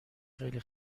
خیلی